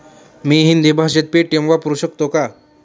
मी हिंदी भाषेत पेटीएम वापरू शकतो का?